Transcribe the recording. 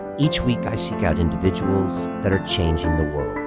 each week, i seek out individuals that are changing the world,